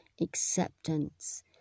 acceptance